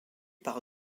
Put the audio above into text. par